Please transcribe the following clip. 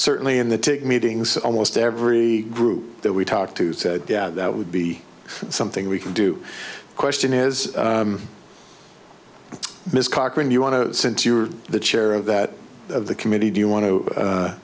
certainly in the tech meetings almost every group that we talked to said yeah that would be something we can do question is miss cochran you want to since you're the chair of that of the committee do you want to